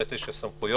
רצף של סמכויות,